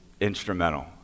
instrumental